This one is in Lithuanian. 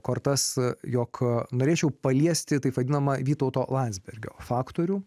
kortas jog norėčiau paliesti taip vadinamą vytauto landsbergio faktorių